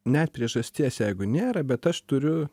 net priežasties jeigu nėra bet aš turiu